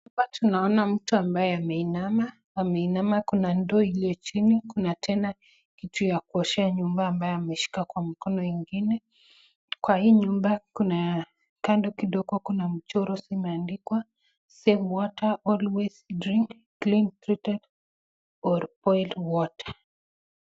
Hapa tunaona mtu ambaye ameinama. Ameinama kuna ndoo iliochini kuna tena kitu ya kuoshea ambayo ameshika kwa mkono ingine. Kwa hii nyumba kando kidogo kuna mchoro umeandikwa safe water always drink clean treated or boiled water .